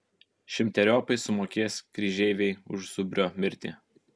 šimteriopai sumokės kryžeiviai už zubrio mirtį